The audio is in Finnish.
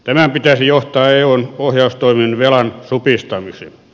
tämän pitäisi johtaa eun ohjaustoimen velan supistamiseen